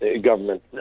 government